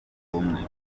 ubumwe